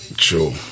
True